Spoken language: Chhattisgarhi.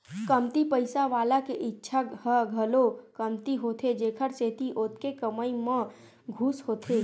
कमती पइसा वाला के इच्छा ह घलो कमती होथे जेखर सेती ओतके कमई म खुस होथे